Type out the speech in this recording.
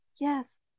yes